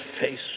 face